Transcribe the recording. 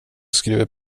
skriver